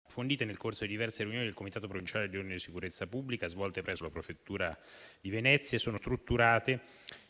approfondite nel corso di diverse riunioni del comitato provinciale per l'ordine e la sicurezza pubblica svolte presso la prefettura di Venezia e sono strutturate